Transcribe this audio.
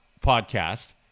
podcast